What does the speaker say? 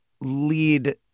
lead